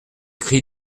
cris